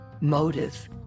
motive